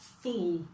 full